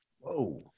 Whoa